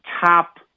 top